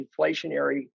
inflationary